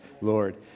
Lord